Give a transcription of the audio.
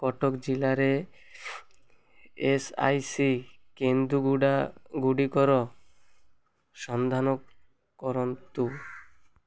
କଟକ ଜିଲ୍ଲାରେ E S I C କେନ୍ଦ୍ରଗୁଡ଼ିକର ସନ୍ଧାନ କରନ୍ତୁ